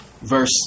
verse